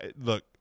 look